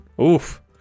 oof